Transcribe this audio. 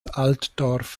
altdorf